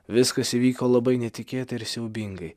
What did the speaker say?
viskas įvyko labai netikėtai ir siaubingai